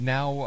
Now